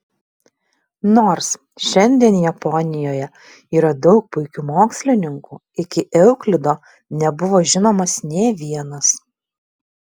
nors šiandien japonijoje yra daug puikių mokslininkų iki euklido nebuvo žinomas nė vienas